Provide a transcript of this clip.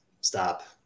stop